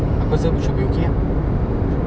aku rasa it should be okay ah